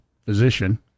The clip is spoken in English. physician